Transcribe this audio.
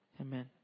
Amen